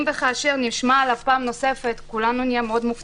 המדינה לא עוזרת, לא נותנת תמיכה, לא נותנת